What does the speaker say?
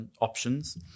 options